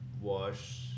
wash